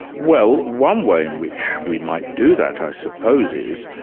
well one way in which we might do that i suppose is,